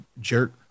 Jerk